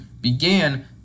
began